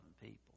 people